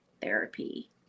therapy